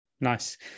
nice